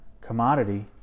commodity